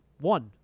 one